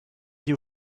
you